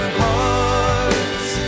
hearts